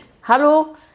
Hallo